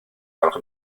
gwelwch